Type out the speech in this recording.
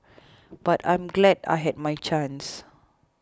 but I'm glad I had my chance